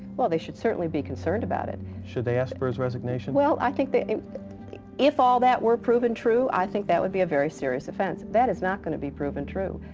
well, they should certainly be concerned about it. should they ask for his resignation? well, i think that if all that were proven true, i think that would be a very serious offense. that is not going to be proven true.